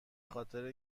خاطر